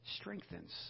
strengthens